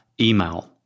email